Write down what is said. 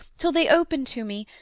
till they open to me,